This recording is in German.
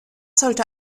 sollte